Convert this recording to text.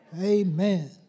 amen